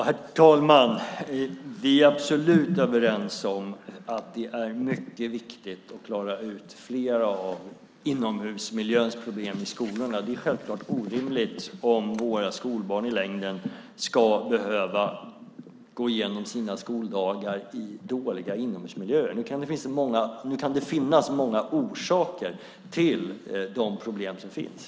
Herr talman! Vi är absolut överens om att det är mycket viktigt att klara ut fler av de miljöproblem som finns inomhus i skolorna. Det är självklart orimligt att våra skolbarn i längden ska behöva tillbringa sina skoldagar i dålig inomhusmiljö. Nu kan det finnas många orsaker till de problem som finns.